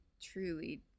truly